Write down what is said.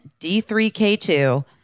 D3K2